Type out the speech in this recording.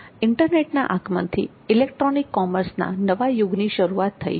ઇન્ટરનેટના આગમનથી ઇલેક્ટ્રોનિક કોમર્સના નવા યુગની શરૂઆત થઇ છે